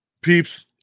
Peeps